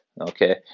okay